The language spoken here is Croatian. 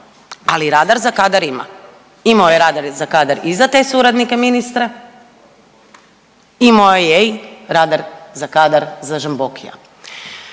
ali radar za kadar ima, imao je radar i za kadar i za te suradnike ministra, imamo je i radar za kadar za Žambokija.